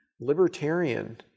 libertarian